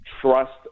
trust